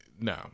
No